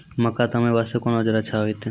मक्का तामे वास्ते कोंन औजार अच्छा होइतै?